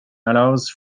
allows